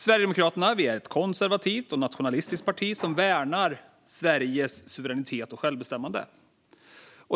Sverigedemokraterna är ett konservativt och nationalistiskt parti som värnar Sveriges suveränitet och självbestämmande.